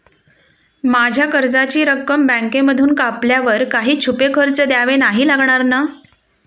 माझ्या कर्जाची रक्कम बँकेमधून कापल्यावर काही छुपे खर्च द्यावे नाही लागणार ना?